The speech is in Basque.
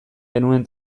genuen